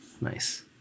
Nice